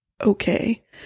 okay